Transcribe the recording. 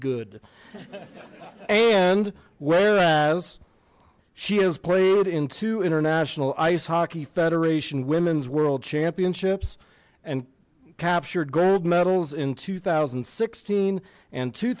good and whereas she has played in two international ice hockey federation women's world championships and captured gold medals in two thousand and sixteen and two